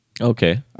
Okay